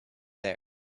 there